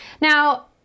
Now